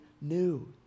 new